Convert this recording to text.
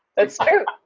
that's true.